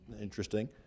interesting